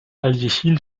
aljechin